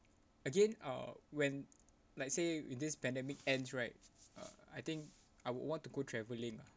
again uh when let's say when this pandemic ends right I think I would want to go travelling lah